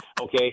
Okay